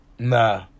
Nah